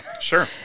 Sure